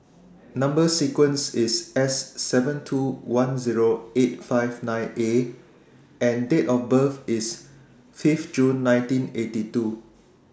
Number sequence IS S seven two one Zero eight five nine A and Date of birth IS five June nineteen eighty two